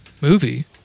Movie